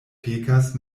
pekas